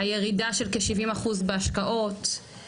הירידה של כ-70% בהשקעות,